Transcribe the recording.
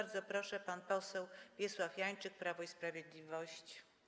Bardzo proszę, pan poseł Wiesław Janczyk, Prawo i Sprawiedliwość.